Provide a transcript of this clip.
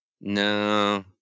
No